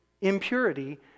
impurity